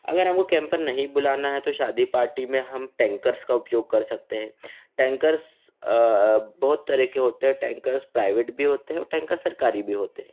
अगर हमको कैम्पर नहीं बुलाना है तो शादी पार्टी में हम टैंकर्स का उपयोग कर सकते हैं टैंकर्स बहुत तरह के होते हैं टैंकर्स प्राइवेट भी होते हैं और टैंकर्स सरकारी भी होते हैं